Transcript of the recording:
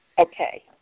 Okay